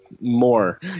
more